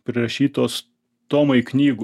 prirašytos tomai knygų